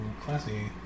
classy